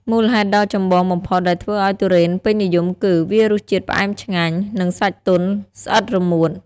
មូលហេតុដ៏ចម្បងបំផុតដែលធ្វើឲ្យទុរេនពេញនិយមគឺ វារសជាតិផ្អែមឆ្ងាញ់ និងសាច់ទន់ស្អិតរមួត។